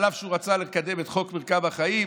אף שהוא רצה לקדם את חוק מרקם החיים,